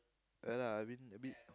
ya lah I mean a bit